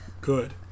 Good